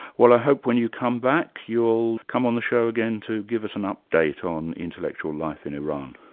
well i hope when you come back, you'll come on the show again to give us an update on intellectual life in iran.